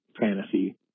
fantasy